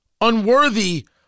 Unworthy